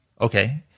Okay